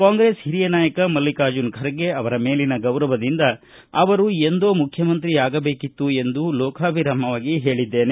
ಕಾಂಗ್ರೆಸ್ ಹಿರಿಯ ನಾಯಕ ಮಲ್ಲಿಕಾರ್ಜುನ ಖರ್ಗೆ ಅವರ ಮೇಲಿನ ಗೌರವದಿಂದ ಅವರು ಎಂದೋ ಮುಖ್ಯಮಂತ್ರಿಯಾಗಬೇಕಿತ್ತು ಎಂದು ಲೋಕಾಭಿರಾಮವಾಗಿ ಹೇಳಿದ್ದೇನೆ